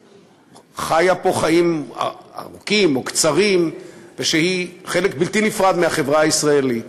שחיה פה חיים ארוכים או קצרים ושהיא חלק בלתי נפרד מהחברה הישראלית,